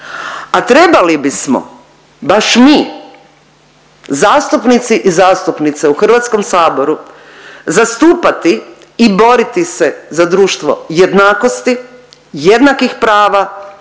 a trebali bismo baš mi zastupnici i zastupnice u HS zastupati i boriti se za društvo jednakosti, jednakih prava,